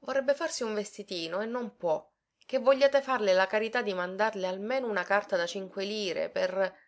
vorrebbe farsi un vestitino e non può che vogliate farle la carità di mandarle almeno una carta da cinque lire per